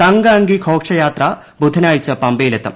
തങ്കഅങ്കി ഘോഷയാത്ര ബുധനാഴ്ച പമ്പയിലെത്തും